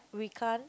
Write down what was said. we can't